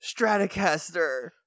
Stratocaster